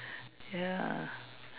ya